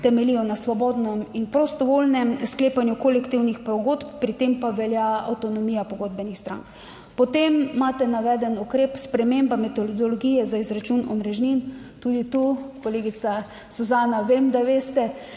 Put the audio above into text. temeljijo na svobodnem in prostovoljnem sklepanju kolektivnih pogodb, pri tem pa velja avtonomija pogodbenih strank. Potem imate naveden ukrep: sprememba metodologije za izračun omrežnin. Tudi tu, kolegica Suzana, vem, da veste,